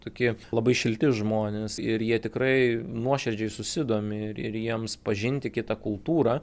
toki labai šilti žmonės ir jie tikrai nuoširdžiai susidomi ir ir jiems pažinti kitą kultūrą